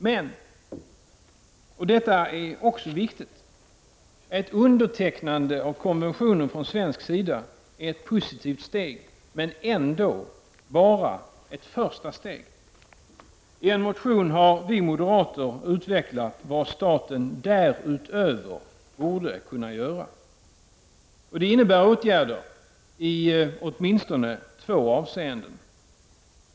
Det är också viktigt att understryka att ett undertecknande av konventionen från svensk sida är ett positivt steg, men ändå bara ett första steg. I en motion har vi moderater utvecklat vad staten därutöver borde kunna göra. Det innebär åtgärder i åtminstone två avseenden.